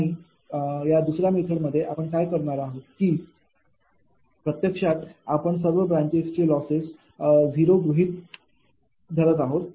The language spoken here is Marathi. आणि दुसर्या मेथड मध्ये आपण काय करणार आहोत की प्रत्यक्षात आपण सर्व ब्रांचेस चे लॉसेस 0 गृहीत धरत आहोत